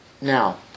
Now